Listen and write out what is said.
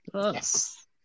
Yes